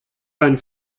kein